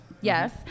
yes